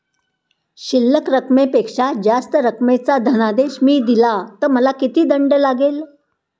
शिल्लक रकमेपेक्षा जास्त रकमेचा धनादेश मी दिला तर मला किती दंड लागेल?